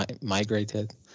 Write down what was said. migrated